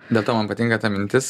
be to man patinka ta mintis